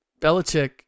Belichick